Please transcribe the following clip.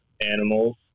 animals